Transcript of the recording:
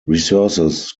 resources